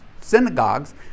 synagogues